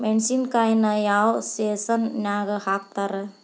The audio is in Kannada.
ಮೆಣಸಿನಕಾಯಿನ ಯಾವ ಸೇಸನ್ ನಾಗ್ ಹಾಕ್ತಾರ?